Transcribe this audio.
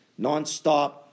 nonstop